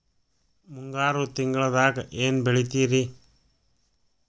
ಮುಂಗಾರು ತಿಂಗಳದಾಗ ಏನ್ ಬೆಳಿತಿರಿ?